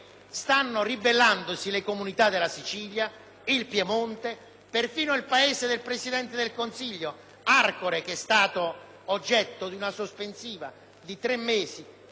ed altre. Perfino il paese del Presidente del Consiglio, Arcore, che è stato oggetto di una sospensiva di tre mesi di tributi e contributi, rientra in tale materia.